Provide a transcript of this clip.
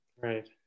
Right